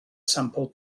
sampl